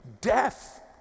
Death